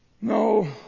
No